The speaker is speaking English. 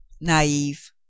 Naive